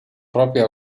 propria